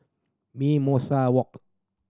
Mimosa Walk